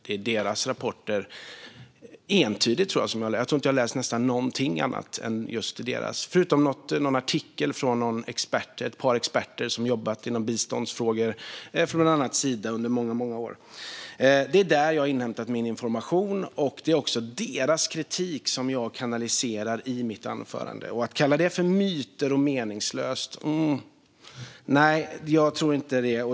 Jag tror inte att jag har läst nästan något annat än just deras rapporter, förutom någon artikel från ett par experter som under många år har jobbat med biståndsfrågor för bland annat Sida. Där har jag hämtat min information. Det är också deras kritik som jag kanaliserar i mitt anförande. Ska man kalla det myter och meningslöst? Nej, jag tror inte det.